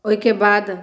ओहिके बाद